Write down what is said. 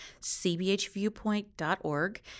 cbhviewpoint.org